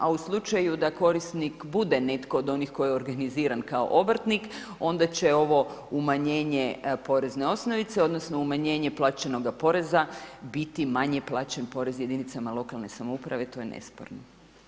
A u slučaju da korisnik bude netko od onih koji je organiziran kao obrtnik, onda će ovo umanjenje porezne osnovice odnosno umanjenje plaćenoga poreza biti manje plaćen porez jedinicama lokalne samouprave, to je nesporno.